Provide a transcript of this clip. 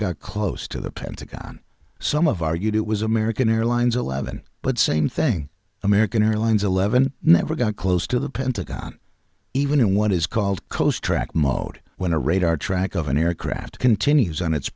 got close to the pentagon some of argued it was american airlines eleven but same thing american airlines eleven never got close to the pentagon even in what is called coast track mode when a radar track of an aircraft continues on it